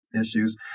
issues